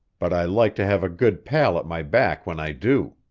but i like to have a good pal at my back when i do.